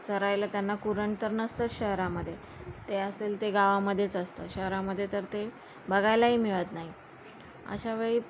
चरायला त्यांना कुरण तर नसतंच शहरामध्ये ते असेल ते गावामध्येच असतं शहरामध्ये तर ते बघायलाही मिळत नाही अशा वेळी